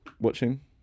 watching